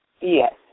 Yes